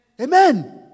Amen